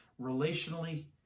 relationally